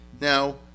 Now